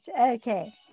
okay